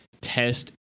test